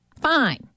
Fine